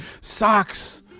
socks